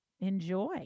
Enjoy